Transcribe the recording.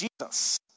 Jesus